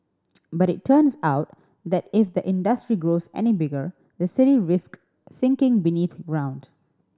but it turns out that if the industry grows any bigger the city risk sinking beneath ground